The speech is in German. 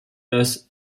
das